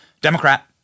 Democrat